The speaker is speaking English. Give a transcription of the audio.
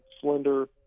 slender